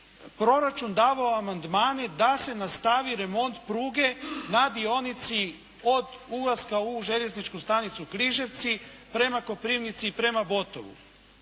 proračun davao amandmane da se nastavi remont pruge na dionici od ulaska u Željezničku stanicu Križevci prema Koprivnici i prema Botovu.